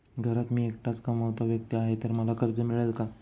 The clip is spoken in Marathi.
घरात मी एकटाच कमावता व्यक्ती आहे तर मला कर्ज मिळेल का?